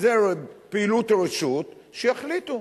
זו פעילות רשות, שיחליטו.